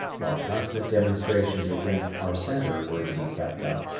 while constant demonstrations against our centre were to be kept up,